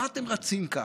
מה אתם רצים ככה?